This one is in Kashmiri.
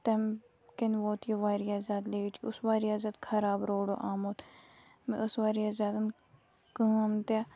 تَمہِ کِنۍ ووت یہِ واریاہ زیادٕ لیٹ یہِ اوس واریاہ زیادٕ خراب روڈو آمُت مےٚ ٲس واریاہ زیادَن کٲم تہِ